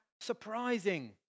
surprising